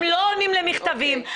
הם לא עונים למכתבים,